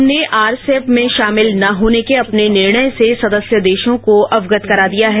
हमने आरसेप में शामिल न होने के अपने निर्णय से सदस्य देशों को अवगत करा दिया है